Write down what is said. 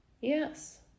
Yes